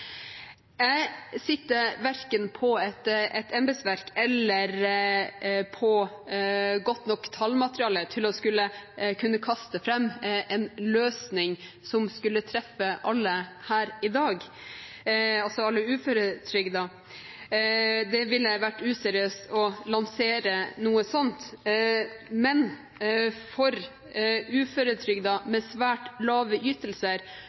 Jeg sitter verken på et embetsverk eller på godt nok tallmateriale til å kunne kaste fram en løsning som ville treffe alle her i dag, altså alle uføretrygdede. Det ville vært useriøst å lansere noe slikt. Men for uføretrygdede med svært lave ytelser